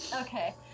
Okay